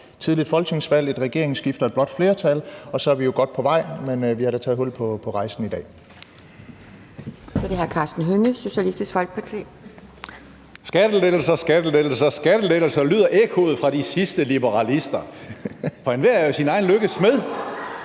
tidligt folketingsvalg, et regeringsskifte og et blåt flertal, og så er vi godt på vej. Men vi har da taget hul på rejsen i dag.